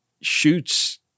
shoots